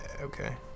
okay